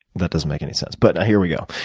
that doesn't make any sense. but here we go.